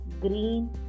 green